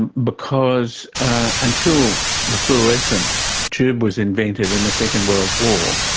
and because until the fluorescent tube was invented in the second world war,